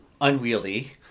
unwieldy